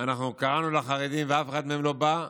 אנחנו קראנו לחרדים ואף אחד מהם לא בא,